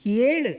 ஏழு